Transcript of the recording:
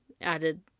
added